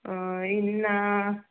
ಇನ್ನು